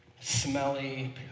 smelly